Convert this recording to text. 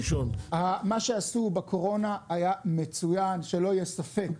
מה שעשו בקורונה היה מצוין, שלא יהיה ספק.